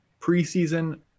Preseason